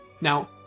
Now